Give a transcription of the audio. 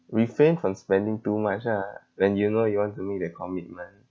refrain from spending too much ah when you know you want to meet a commitment